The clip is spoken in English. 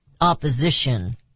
opposition